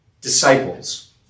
disciples